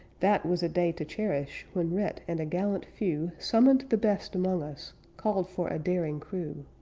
that was a day to cherish when rhett and a gallant few summoned the best among us called for a daring crew.